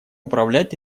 управлять